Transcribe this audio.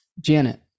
Janet